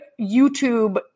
YouTube